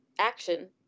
action